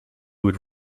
would